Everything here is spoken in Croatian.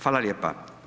Hvala lijepa.